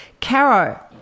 Caro